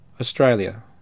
Australia